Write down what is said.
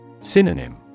Synonym